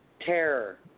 Terror